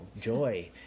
joy